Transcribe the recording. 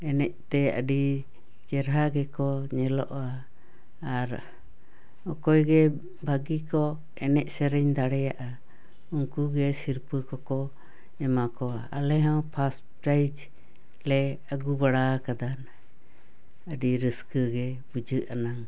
ᱮᱱᱮᱡ ᱛᱮ ᱟᱹᱰᱤ ᱪᱮᱨᱦᱟ ᱜᱮᱠᱚ ᱧᱮᱞᱚᱜᱼᱟ ᱟᱨ ᱚᱠᱚᱭ ᱜᱮ ᱵᱷᱟᱹᱜᱤ ᱠᱚ ᱮᱱᱮᱡ ᱥᱮᱨᱮᱧ ᱫᱟᱲᱮᱭᱟᱜᱼᱟ ᱩᱱᱠᱩᱜᱮ ᱥᱤᱨᱯᱟᱹ ᱠᱚᱠᱚ ᱮᱢᱟ ᱠᱚᱣᱟ ᱟᱞᱮ ᱦᱚᱸ ᱯᱷᱟᱥ ᱯᱨᱟᱭᱤᱡᱽ ᱞᱮ ᱟᱹᱜᱩ ᱵᱟᱲᱟ ᱟᱠᱟᱫᱟ ᱟᱹᱰᱤ ᱨᱟᱹᱥᱠᱟᱹ ᱜᱮ ᱵᱩᱡᱷᱟᱹ ᱟᱱᱟᱝ